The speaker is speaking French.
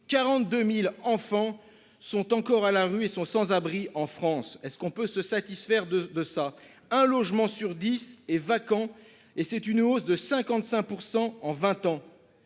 42.000 enfants sont encore à la rue et sont sans abri en France. Est-ce qu'on peut se satisfaire de de ça, un logement sur 10 est vacant et c'est une hausse de 55% en 20 ans.